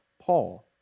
Paul